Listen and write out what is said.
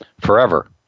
forever